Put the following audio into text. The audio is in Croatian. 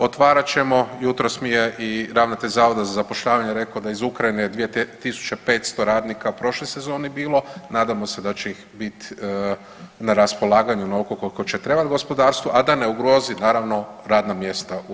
Otvarat ćemo, jutros mi je i ravnatelj Zavoda za zapošljavanje rekao da iz Ukrajine 2500 radnika prošle sezone bilo, nadamo se da će ih biti na raspolaganju onoliko koliko će trebati gospodarstvu, a da ne ugrozi naravno, radna mjesta u RH.